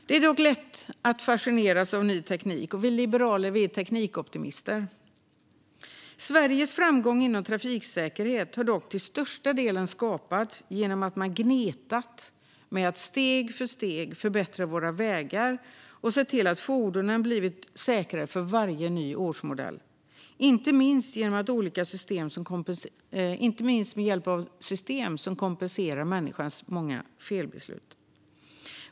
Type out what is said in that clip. Det är lätt att fascineras av ny teknik, och vi liberaler är teknikoptimister. Sveriges framgång inom trafiksäkerhet har dock till största delen skapats genom att man gnetat med att steg för steg förbättra våra vägar och sett till att fordonen blivit säkrare för varje ny årsmodell, inte minst med hjälp av system som kompenserar för människans många felbeslut.